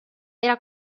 era